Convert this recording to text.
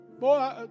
Boy